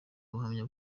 ubuhamya